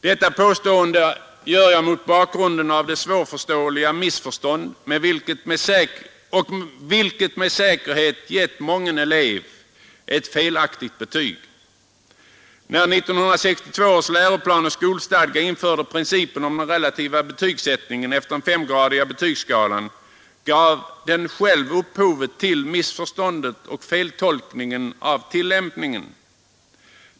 — Detta påstående gör jag mot bakgrund av de svårförståeliga missförstånd som med säkerhet gett mången elev ett felaktigt betyg. När man i 1962 års läroplan och skolstadga införde principen om den relativa betygssättningen efter den femgradiga betygsskalan gav man däri själv upphovet till missförståndet och den felaktiga tillämpningen.